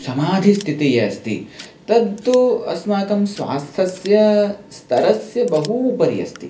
समाधिस्थितिः ये अस्ति तद् तु अस्माकं स्वास्थ्यस्य स्तरस्य बहूपरि अस्ति